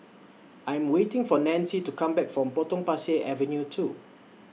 I'm waiting For Nancy to Come Back from Potong Pasir Avenue two